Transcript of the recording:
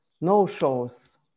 no-shows